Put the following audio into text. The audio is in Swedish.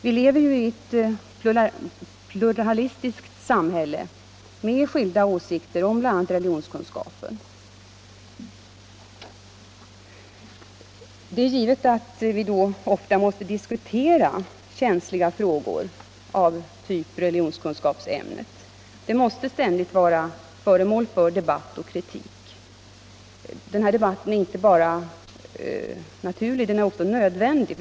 Vi lever ju i ett pluralistiskt samhälle med skilda åsikter om bl.a. religionskunskapen. Det är givet att vi då ofta måste diskutera känsliga frågor av typ religionskunskapsämnet. Det måste ständigt vara föremål för debatt och kritik. Denna debatt är inte bara naturlig utan också nödvändig.